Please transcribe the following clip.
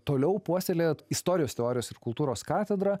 toliau puoselėjat istorijos teorijos ir kultūros katedrą